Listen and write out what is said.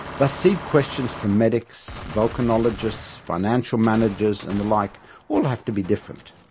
thus seed questions for medics, volcanologists, financial managers and the like all have to be different.